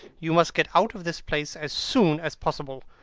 you must get out of this place as soon as possible.